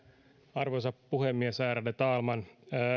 arvoisa puhemies ärade talman